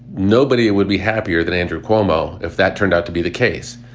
nobody would be happier than andrew cuomo if that turned out to be the case.